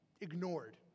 ignored